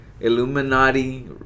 Illuminati